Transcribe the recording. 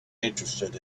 interested